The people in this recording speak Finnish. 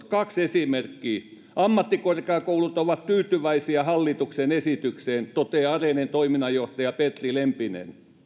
kaksi esimerkkiä ammattikorkeakoulut ovat tyytyväisiä hallituksen esitykseen toteaa arenen toiminnanjohtaja petri lempinen